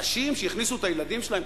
נשים שהכניסו את הילדים שלהן,